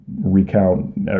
recount